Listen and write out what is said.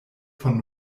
von